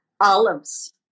olives